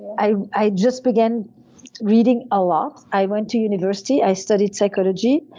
i i just began reading a lot. i went to university. i studied psychology.